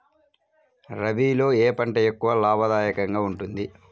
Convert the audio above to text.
రబీలో ఏ పంట ఎక్కువ లాభదాయకంగా ఉంటుంది?